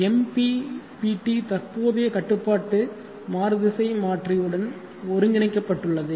MPPT தற்போதைய கட்டுப்பாட்டு மாறுதிசைமாற்றி உடன் ஒருங்கிணைக்கப்பட்டுள்ளது